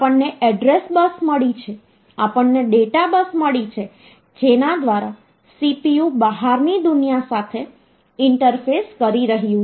આપણને address bus મળી છે આપણને ડેટા બસ મળી છે જેના દ્વારા CPU બહારની દુનિયા સાથે ઇન્ટરફેસ કરી રહ્યું છે